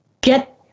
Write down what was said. get